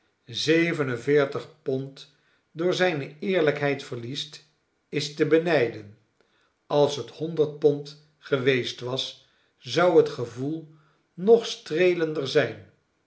en veertig pond door zijne eerlijkheid verliest is te benijden als het honderd pond geweest was zou het gevoel nog streelender zijn